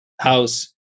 house